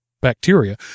bacteria